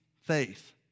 faith